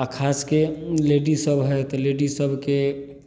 आ खासके लेडीज सब है तऽ लेडीज सबके